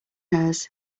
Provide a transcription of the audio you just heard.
hers